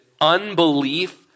unbelief